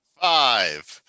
Five